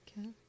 Okay